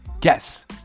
Guess